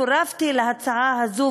צורפתי להצעה הזאת,